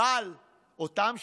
אבל אותם 32,